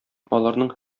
аларның